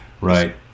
right